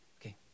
Okay